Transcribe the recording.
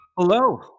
Hello